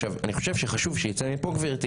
עכשיו אני חושב שחשוב שתצא מפה גברתי